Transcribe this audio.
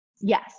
Yes